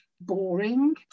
boring